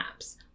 apps